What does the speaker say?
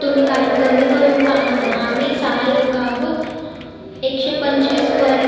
तुम्ही काही कमी करून पहा ना आम्ही सहा लोक आहोत एकशे पंचवीस पर